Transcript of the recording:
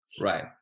Right